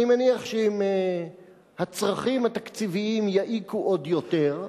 אני מניח שאם הצרכים התקציביים יעיקו עוד יותר,